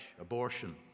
abortion